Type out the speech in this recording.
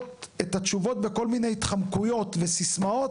את התשובות בכל מיני התחמקויות וסיסמאות,